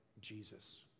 Jesus